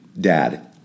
Dad